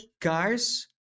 cars